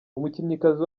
umukinnyikazi